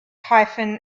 hyphen